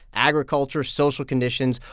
agriculture, social conditions,